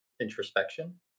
introspection